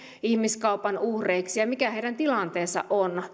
ihmiskaupan uhreiksi mikä heidän tilanteensa